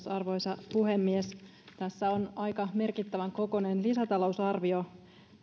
arvoisa puhemies tässä on aika merkittävän kokoinen lisätalousarvio